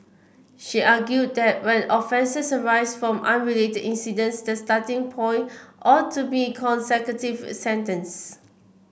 she argued that when offences arise from unrelated incidents the starting point ought to be consecutive sentences